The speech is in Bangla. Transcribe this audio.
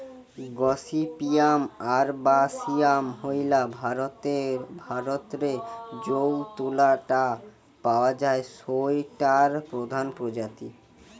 গসিপিয়াম আরবাসিয়াম হইল ভারতরে যৌ তুলা টা পাওয়া যায় সৌটার প্রধান প্রজাতি